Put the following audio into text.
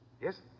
Yes